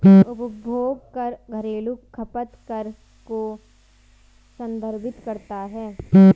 उपभोग कर घरेलू खपत कर को संदर्भित करता है